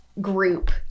group